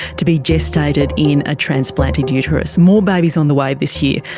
to be gestated in a transplanted uterus. more babies on the way this year,